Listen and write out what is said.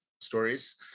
stories